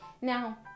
Now